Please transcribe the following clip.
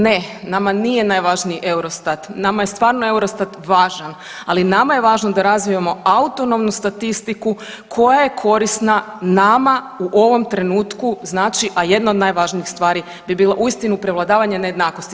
Ne, nama nije najvažniji Eurostat, nama je stvarno Eurostat važan, ali nama je važno da razvijamo autonomnu statistiku koja je korisna nama u ovom trenutku znači, a jedna od najvažnijih stvari bi bilo uistinu prevladavanje nejednakosti.